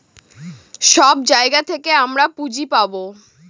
সব জায়গা থেকে আমরা পুঁজি পাবো